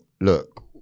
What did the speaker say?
look